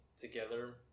together